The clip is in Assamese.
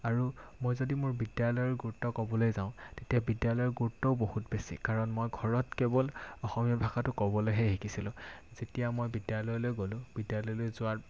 আৰু মই যদি মোৰ বিদ্যালয়ৰ গুৰুত্ব ক'বলৈ যাওঁ তেতিয়া বিদ্যালয়ৰ গুৰুত্বও বহুত বেছি কাৰণ মই ঘৰত কেৱল অসমীয়া ভাষাটো ক'বলৈহে শিকিছিলোঁ যেতিয়া মই বিদ্যালয়লৈ গ'লোঁ বিদ্যালয়লৈ যোৱাৰ